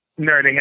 nerding